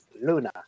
Luna